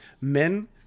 men